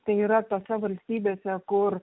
tai yra tose valstybėse kur